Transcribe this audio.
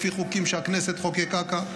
לפי חוקים שהכנסת חוקקה כאן.